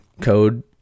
code